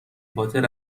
پاتر